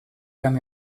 from